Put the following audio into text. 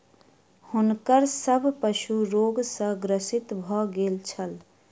हुनकर सभ पशु रोग सॅ ग्रसित भ गेल छल